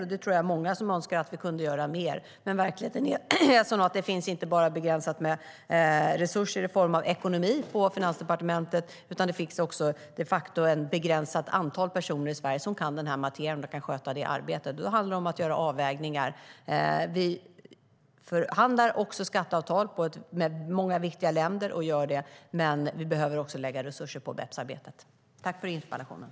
Jag tror att det är många som önskar att vi kunde göra mer, men verkligheten är sådan att det inte bara finns begränsade ekonomiska resurser på Finansdepartementet, utan det finns också de facto ett begränsat antal personer i Sverige som kan den här materien och kan sköta det arbetet. Då handlar det om att göra avvägningar. Vi förhandlar skatteavtal med många viktiga länder, men vi behöver också lägga resurser på BEPS-arbetet.